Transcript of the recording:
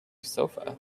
sofa